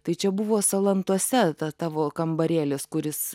tai čia buvo salantuose tavo kambarėlis kuris